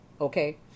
okay